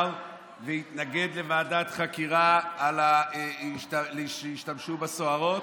והתנגד לוועדת חקירה על כך שהשתמשו בסוהרות.